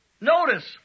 notice